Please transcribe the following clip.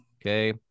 Okay